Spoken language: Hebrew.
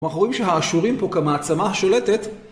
אנחנו רואים שהעשורים פה כמה עצמה שולטת.